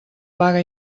vaga